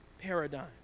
paradigm